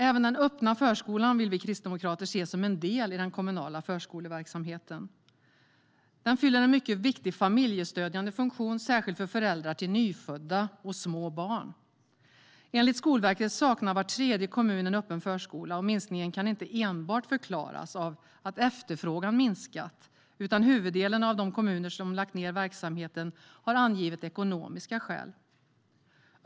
Även den öppna förskolan vill vi kristdemokrater se som en del i den kommunala förskoleverksamheten. Den fyller en mycket viktig familjestödjande funktion, särskilt för föräldrar till nyfödda och små barn. Enligt Skolverket saknar var tredje kommun en öppen förskola. Minskningen kan inte enbart förklaras av att efterfrågan har minskat, utan huvuddelen av de kommuner som har lagt ned verksamheten har angivit ekonomiska skäl.